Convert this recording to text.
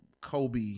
Kobe